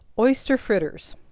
oyster fritters.